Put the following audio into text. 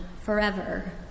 forever